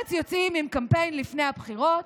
מרצ יוצאים עם קמפיין לפני הבחירות,